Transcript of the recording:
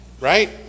Right